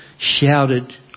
shouted